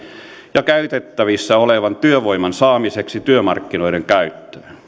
ja käytettävissä olevan työvoiman saamiseksi työmarkkinoiden käyttöön